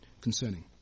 concerning